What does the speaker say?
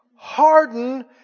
Harden